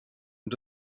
und